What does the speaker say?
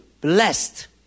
blessed